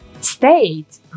state